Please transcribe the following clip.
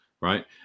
right